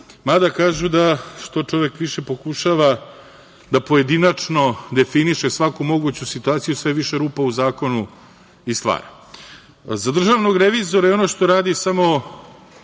mada kažu da što više čovek pokušava da pojedinačno definiše svaku moguću situaciju, sve više rupa u zakonu i stvara.Za državnog revizora i ono što radi samo